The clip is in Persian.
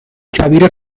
کبیر